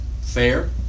Fair